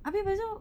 habis lepas tu